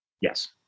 Yes